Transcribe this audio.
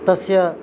तस्य